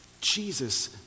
Jesus